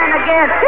again